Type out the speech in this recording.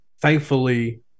thankfully